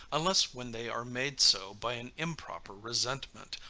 unless when they are made so by an improper resentment,